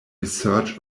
research